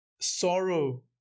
sorrow